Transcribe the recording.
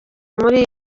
muri